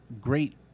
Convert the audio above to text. great